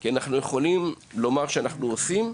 כי אנחנו יכולים לומר שאנחנו עושים,